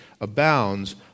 abounds